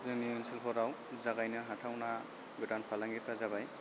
जोंनि ओनसोलफोराव जागायनो हाथावना गोदान फालांगिफोरा जाबाय